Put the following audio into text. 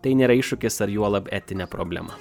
tai nėra iššūkis ar juolab etinė problema